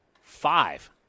five